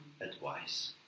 advice